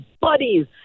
buddies